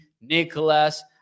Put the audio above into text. Nicholas